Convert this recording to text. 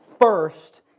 first